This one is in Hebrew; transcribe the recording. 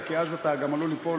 כי אז אתה עלול גם ליפול